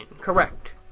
Correct